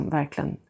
verkligen